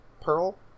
Pearl